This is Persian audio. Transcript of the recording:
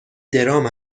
درام